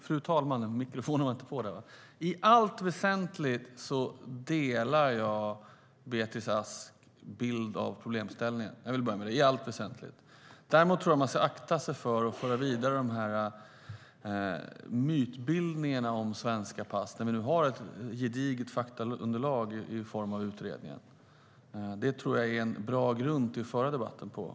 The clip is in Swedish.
Fru talman! Jag delar i allt väsentligt Beatrice Asks bild av problemet. Däremot tror jag att man ska akta sig för att föra vidare mytbildningarna om svenska pass. Vi har nu ett gediget faktaunderlag i form av utredningen som jag tror är en bra grund att föra debatten utifrån.